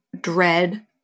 dread